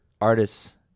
artists